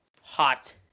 hot